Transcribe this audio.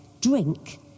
drink